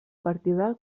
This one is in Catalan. partida